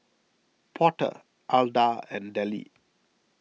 Porter Alda and Dellie